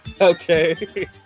okay